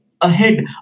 ahead